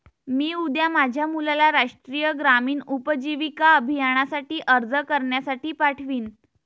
मी उद्या माझ्या मुलाला राष्ट्रीय ग्रामीण उपजीविका अभियानासाठी अर्ज करण्यासाठी पाठवीन